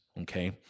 okay